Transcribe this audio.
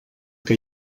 que